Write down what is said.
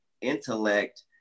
intellect